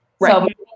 Right